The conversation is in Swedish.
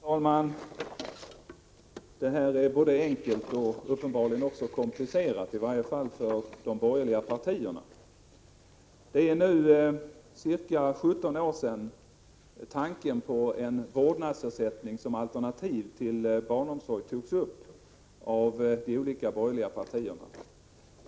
Herr talman! Det här är både enkelt och uppenbarligen också komplicerat, i varje fall för de borgerliga partierna. Det är nu ca 17 år sedan tanken på en vårdnadsersättning som alternativ till annan barnomsorg togs upp av de borgerliga partierna.